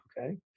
okay